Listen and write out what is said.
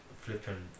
flipping